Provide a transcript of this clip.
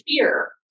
fear